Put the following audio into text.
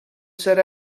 said